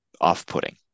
off-putting